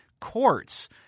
courts –